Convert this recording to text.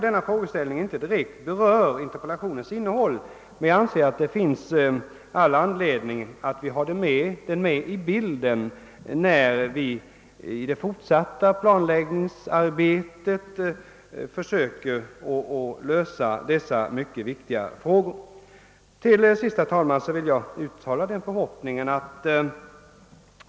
Denna frågeställning berör kanske inte direkt interpellationens innehåll, men jag anser att det finns all anledning att ha den med i bilden när vi i det fortsatta planläggningsarbetet försöker lösa dessa mycket viktiga frågor. Herr talman!